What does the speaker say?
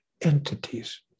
entities